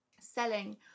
selling